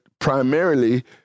Primarily